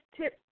tip